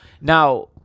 Now